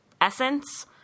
essence